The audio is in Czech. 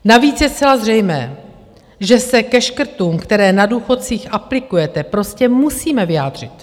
Navíc je zcela zřejmé, že se ke škrtům, které na důchodcích aplikujete, prostě musíme vyjádřit.